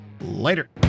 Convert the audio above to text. Later